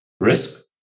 risk